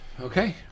okay